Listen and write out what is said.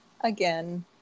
again